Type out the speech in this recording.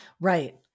Right